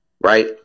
Right